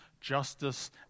justice